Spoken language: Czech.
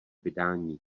vydání